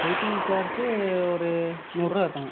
waiting charge ஒரு நூற்ரூவா இருக்குங்க